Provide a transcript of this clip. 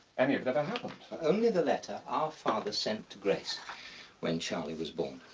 i mean only the letter our father sent to grace when charlie was born.